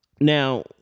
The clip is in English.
Now